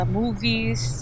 movies